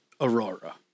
Aurora